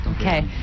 Okay